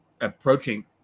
approaching